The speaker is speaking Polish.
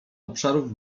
obszarów